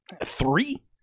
three